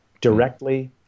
directly